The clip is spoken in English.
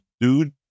dude